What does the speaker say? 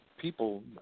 People